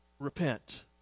repent